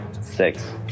six